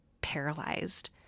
paralyzed